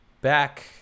back